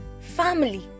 family